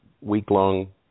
week-long